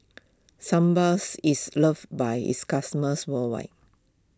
is loved by its customers worldwide